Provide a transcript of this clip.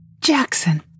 Jackson